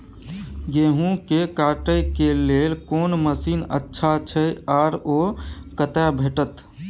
गेहूं के काटे के लेल कोन मसीन अच्छा छै आर ओ कतय भेटत?